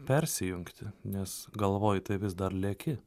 persijungti nes galvoj tai vis dar leki